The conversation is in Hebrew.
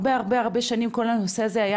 הרבה שנים כל הנושא הזה,